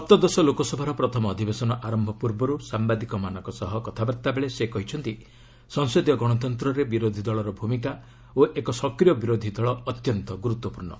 ସପ୍ତଦଶ ଲୋକସଭାର ପ୍ରଥମ ଅଧିବେଶନ ଆରମ୍ଭ ପୂର୍ବରୁ ସାମ୍ବାଦିକମାନଙ୍କ ସହ କଥାବାର୍ତ୍ତା ବେଳେ ସେ କହିଛନ୍ତି ସଂସଦୀୟ ଗଣତନ୍ତ୍ରରେ ବିରୋଧୀ ଦଳର ଭୂମିକା ଓ ଏକ ସକ୍ରିୟ ବିରୋଧୀ ଦଳ ଅତ୍ୟନ୍ତ ଗୁରୁତ୍ୱପୂର୍ଣ୍ଣ